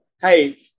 Hey